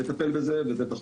בזה לטפל, וזה דחוף.